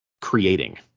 creating